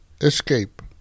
escape